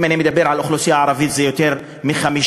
אם אני מדבר על האוכלוסייה הערבית זה יותר מ-50%,